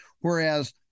whereas